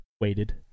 waited